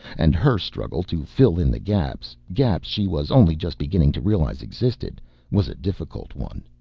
and her struggle to fill in the gaps gaps she was only just beginning to realize existed was a difficult one.